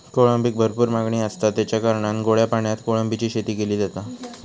कोळंबीक भरपूर मागणी आसता, तेच्या कारणान गोड्या पाण्यात कोळंबीची शेती केली जाता